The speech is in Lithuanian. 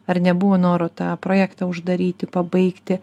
ar nebuvo noro tą projektą uždaryti pabaigti